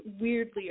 weirdly